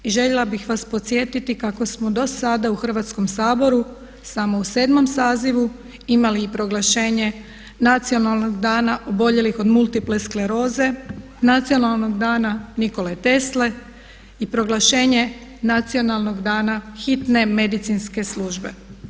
I željela bih vas podsjetiti kako smo do sada u Hrvatskom saboru samo u 7. sazivu imali proglašenje Nacionalnog dana oboljelih od multiple skleroze, Nacionalnog dana Nikole Tesle i proglašenje Nacionalnog dana hitne medicinske službe.